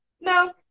no